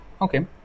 okay